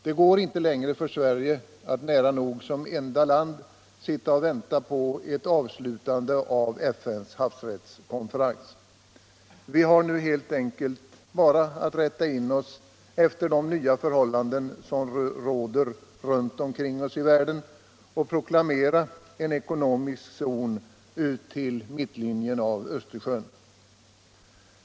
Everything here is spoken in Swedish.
Det går inte längre för Sverige att som nära nog enda land sitta och vänta på ett avslutande av FN:s havsrättskonferens. Vi har nu helt enkelt bara att rätta in oss efter de nya förhållanden som råder runt omkring oss i världen och proklamera en ekonomisk zon ut till mittlinjen i Östersjön.